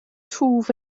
twf